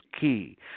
key